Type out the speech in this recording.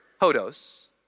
hodos